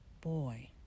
boy